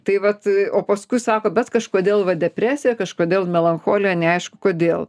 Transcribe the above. tai vat o paskui sako bet kažkodėl va depresija kažkodėl melancholija neaišku kodėl